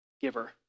Giver